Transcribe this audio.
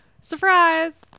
Surprise